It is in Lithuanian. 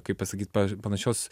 kaip pasakyt pavyzdžiui panašios